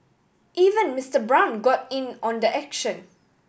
even Mister Brown got in on the action